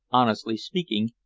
honestly speaking,